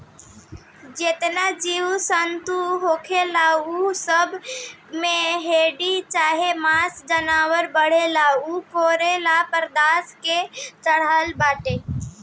जेतना जीव जनतू होखेला उ सब में हड्डी चाहे मांस जवन बढ़ेला उ कोलेजन पदार्थ के चलते बढ़ेला